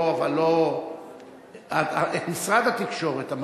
את משרד התקשורת.